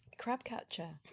Crabcatcher